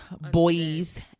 boys